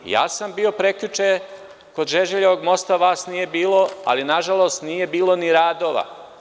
Ja sam bio prekjuče kod Žeželjevog mosta, vas nije bilo, ali nažalost nije bilo ni radova.